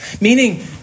Meaning